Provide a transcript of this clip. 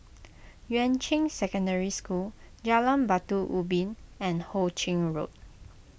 Yuan Ching Secondary School Jalan Batu Ubin and Ho Ching Road